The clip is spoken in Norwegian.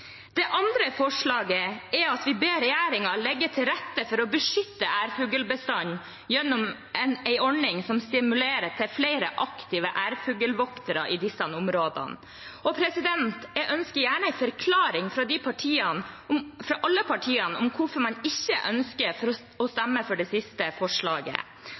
Det andre forslaget er at vi «ber regjeringen legge til rette for å beskytte ærfuglbestanden gjennom en ordning som stimulerer til flere aktive ærfuglvoktere» i disse områdene. Jeg ønsker gjerne en forklaring fra alle partiene om hvorfor man ikke ønsker å stemme for det siste forslaget.